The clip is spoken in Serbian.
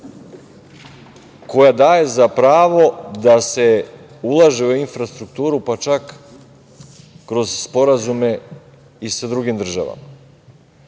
koja daje za pravo da se ulaže u infrastrukturu, pa čak, kroz sporazume i sa drugim državama. Onaj